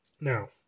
Now